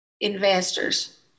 investors